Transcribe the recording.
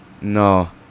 No